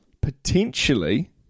potentially